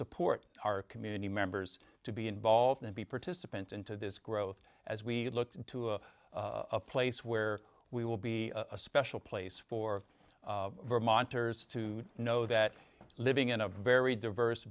support our community members to be involved and be participants into this growth as we look to a place where we will be a special place for vermonters to know that living in a very diverse